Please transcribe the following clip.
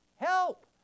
help